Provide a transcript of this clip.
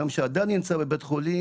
כשאדם נמצא בבית חולים,